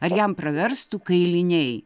ar jam praverstų kailiniai